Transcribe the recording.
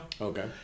Okay